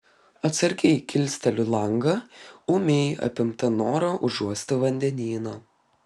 atsargiai kilsteliu langą ūmiai apimta noro užuosti vandenyną